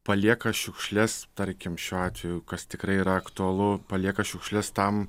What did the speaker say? palieka šiukšles tarkim šiuo atveju kas tikrai yra aktualu palieka šiukšles tam